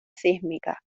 sísmica